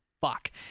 fuck